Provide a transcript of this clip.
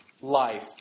life